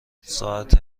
ساعت